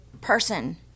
person